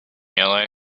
yellow